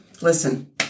listen